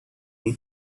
اون